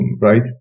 right